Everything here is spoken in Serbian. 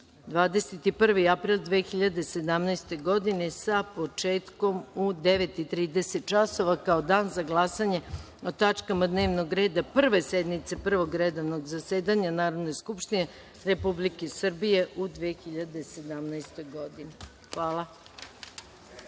21. april 2017. godine, sa početkom u 09.30 časova, kao Dan za glasanje o tačkama dnevnog reda Prve sednice Prvog redovnog zasedanja Narodne skupštine Republike Srbije u 2017. godini. Hvala.